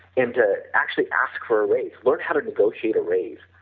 and to actually ask for a raise, learn how to negotiate a raise,